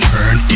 Turn